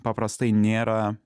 paprastai nėra